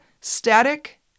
static